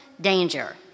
danger